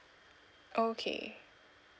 okay